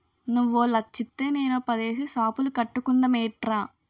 నువ్వో లచ్చిత్తే నేనో పదేసి సాపులు కట్టుకుందమేట్రా